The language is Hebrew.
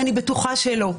אני בטוחה שלא,